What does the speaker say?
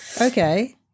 Okay